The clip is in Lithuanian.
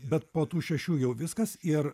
bet po tų šešių jau viskas ir